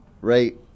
right